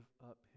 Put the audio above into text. up